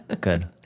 good